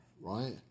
right